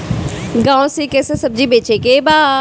गांव से कैसे सब्जी बेचे के बा?